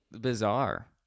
bizarre